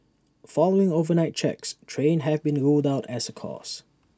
following overnight checks trains have been ruled out as A cause